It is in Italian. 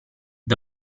the